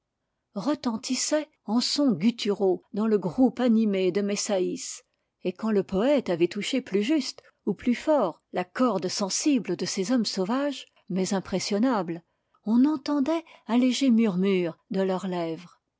retentissaient en sons gutturaux dans le groupe animé de mes saïs et quand le poète avait touché plus juste ou plus fort la corde sensible de ces hommes sauvages mais impressionnables on entendait un léger murmure de leurs lèvres